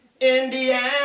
Indiana